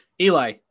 Eli